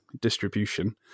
distribution